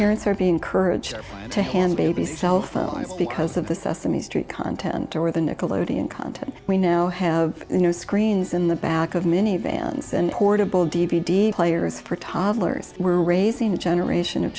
parents are being encouraged to hand baby cellphones because of the sesame street content or the nickelodeon content we now have you know screens in the back of minivans and portable d v d players for toddlers we're raising a generation of